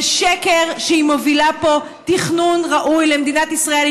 זה שקר שהיא מובילה פה תכנון ראוי למדינת ישראל.